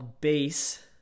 base